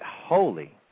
holy